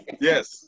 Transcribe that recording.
Yes